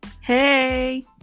Hey